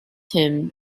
him